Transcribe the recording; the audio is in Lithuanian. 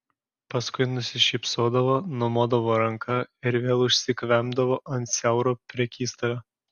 paskui nusišypsodavo numodavo ranka ir vėl užsikvempdavo ant siauro prekystalio